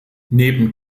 neben